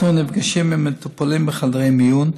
אנחנו נפגשים במטופלים בחדרי מיון,